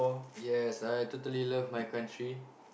yes I totally love my country